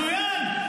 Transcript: יקירי, לכולם, מצוין.